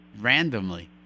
randomly